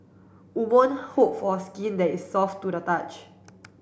woman hope for skin that is soft to the touch